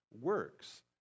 works